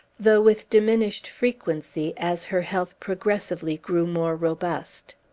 though with diminished frequency as her health progressively grew more robust.